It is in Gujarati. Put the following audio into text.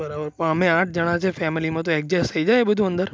બરાબર પણ અમે આઠ જણા છે ફેમિલીમાં તો એડજેસ્ટ થઈ જાય એ બધું અંદર